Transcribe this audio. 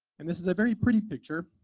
and this is a very pretty picture,